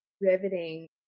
riveting